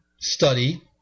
study